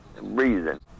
reason